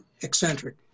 eccentric